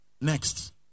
Next